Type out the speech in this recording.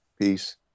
peace